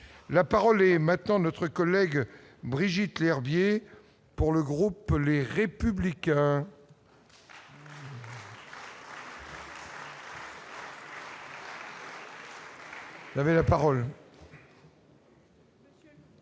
la parole est maintenant notre collègue Brigitte Lherbier pour le groupe, les républicains. Monsieur le